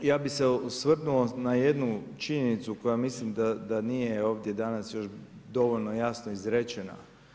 Ja bi se osvrnuo na jednu činjenicu koja mislim da nije ovdje danas još dovoljno jasno izrečena.